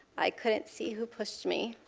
i couldn't see who pushed me.